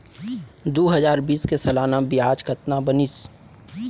दू हजार बीस के सालाना ब्याज कतना बनिस?